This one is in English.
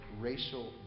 racial